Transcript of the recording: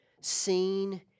seen